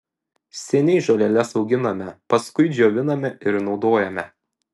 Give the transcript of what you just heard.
seniai žoleles auginame paskui džioviname ir naudojame